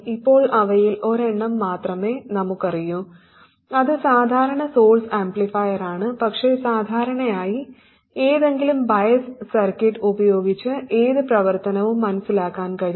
ഇപ്പോൾ അവയിൽ ഒരെണ്ണം മാത്രമേ നമുക്കറിയൂ അത് സാധാരണ സോഴ്സ് ആംപ്ലിഫയറാണ് പക്ഷേ സാധാരണയായി ഏതെങ്കിലും ബയസ് സർക്യൂട്ട് ഉപയോഗിച്ച് ഏത് പ്രവർത്തനവും മനസ്സിലാക്കാൻ കഴിയും